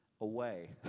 away